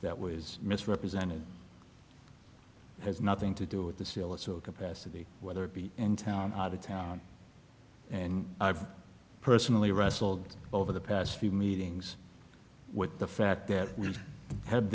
that was misrepresented has nothing to do with the sale at so capacity whether it be in town out of town and i've personally wrestled over the past few meetings with the fact that we've had